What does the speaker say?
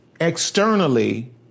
externally